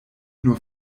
nur